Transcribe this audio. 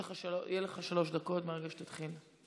יהיו לך שלוש דקות מרגע שתתחיל.